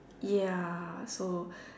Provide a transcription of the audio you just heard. ya so